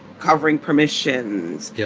covering permissions yeah